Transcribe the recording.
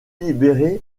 libérer